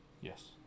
Yes